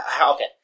Okay